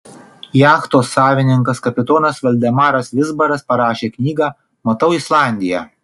jachtos savininkas kapitonas valdemaras vizbaras parašė knygą matau islandiją